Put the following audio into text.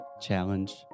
Challenge